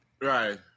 Right